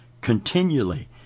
continually